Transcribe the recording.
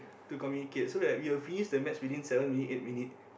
to communicate so like we will finish the match within seven minute eight minute